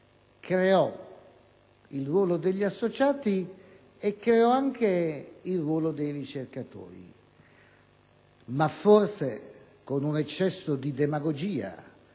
creò il ruolo degli associati e creò anche il ruolo dei ricercatori. Ma forse, con un eccesso di demagogia